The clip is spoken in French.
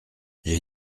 j’ai